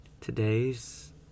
Today's